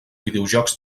videojocs